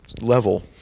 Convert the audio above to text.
level